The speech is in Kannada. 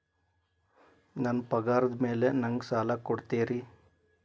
ನನ್ನ ಪಗಾರದ್ ಮೇಲೆ ನಂಗ ಸಾಲ ಕೊಡ್ತೇರಿ?